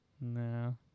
No